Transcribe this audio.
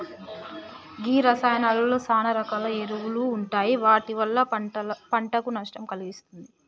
గీ రసాయానాలలో సాన రకాల ఎరువులు ఉంటాయి వాటి వల్ల పంటకు నష్టం కలిగిస్తుంది